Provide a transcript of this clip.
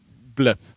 blip